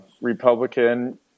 Republican